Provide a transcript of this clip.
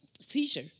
seizure